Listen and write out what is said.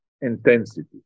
intensity